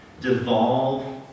devolve